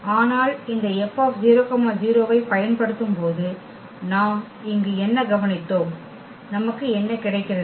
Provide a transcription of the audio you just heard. ஆனால் இந்த F 00 ஐப் பயன்படுத்தும்போது நாம் இங்கு என்ன கவனித்தோம் நமக்கு என்ன கிடைக்கிறது